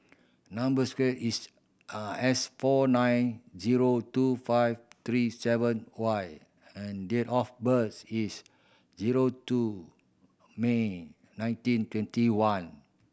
number square is S four nine zero two five three seven Y and date of birth is zero two May nineteen twenty one